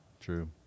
True